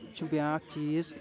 چھُ بیٛاکھ چیٖز